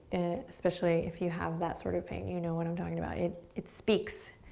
especially if you have that sort of pain. you know what i'm talking about. it it speaks.